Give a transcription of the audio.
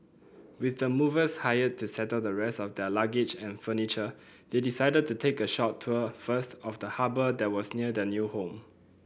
with the movers hired to settle the rest of their luggage and furniture they decided to take a short tour first of the harbour that was near their new home